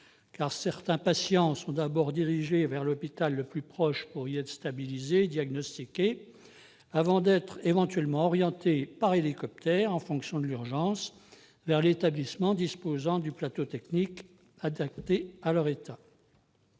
car certains patients sont d'abord dirigés vers l'hôpital le plus proche pour y être stabilisés, diagnostiqués, avant d'être éventuellement orientés par hélicoptère, en fonction de l'urgence, vers l'établissement disposant du plateau technique adapté à leur état.